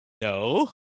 No